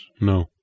No